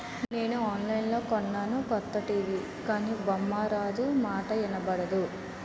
నిన్న ఆన్లైన్లో కొన్నాను కొత్త టీ.వి గానీ బొమ్మారాదు, మాటా ఇనబడదు